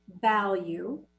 value